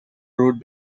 road